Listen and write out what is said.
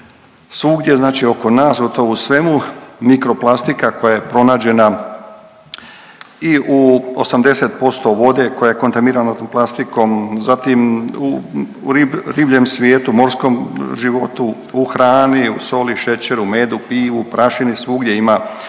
svugdje znači oko nas gotovo u svemu mikroplastika koja je pronađena i u 80% vode koja je kontaminirana plastikom, zatim u ribljem svijetu, morskom životu, u hrani, u soli, šećeru, medu, pivu, prašini svugdje ima